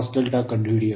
E2cosδ ಕಂಡುಹಿಡಿಯಲು